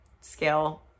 scale